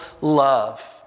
love